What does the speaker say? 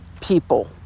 people